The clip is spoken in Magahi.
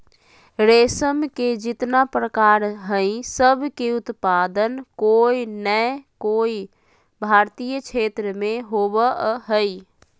रेशम के जितना प्रकार हई, सब के उत्पादन कोय नै कोय भारतीय क्षेत्र मे होवअ हई